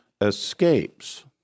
escapes